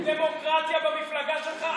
אין דמוקרטיה במפלגה שלך.